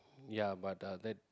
ya but uh that